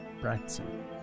Branson